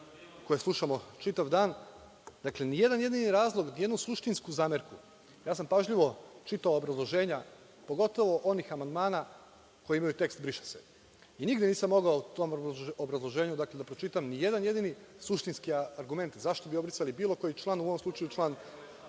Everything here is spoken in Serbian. koje slušamo čitav dan. Dakle, ni jedan jedini razlog, ni jednu suštinsku zamerku. Ja sam pažljivo čitao obrazloženja, pogotovo onih amandmana koji imaju tekst „briše se“, i nigde nisam mogao u tom obrazloženju da pročitam ni jedan jedini suštinski argument zašto bi obrisali bilo koji član, u ovom slučaju član